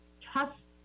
trust